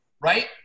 right